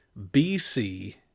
BC